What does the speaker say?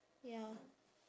ya